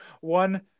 one